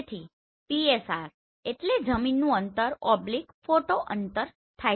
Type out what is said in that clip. તેથી PSR એટલે જમીનનુ અંતર ફોટો અંતર થાય છે